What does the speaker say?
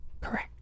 Correct